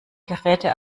geräte